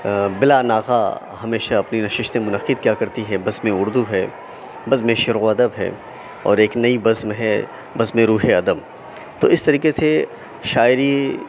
بلا ناغہ ہمیشہ اپنی نشستیں منعقد کیا کرتی ہیں بزمِ اُردو ہے بزمِ شعر و ادب ہے اور ایک نئی بزم ہے بزمِ روحے ادب تو اِس طریقے سے شاعری